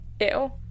Ew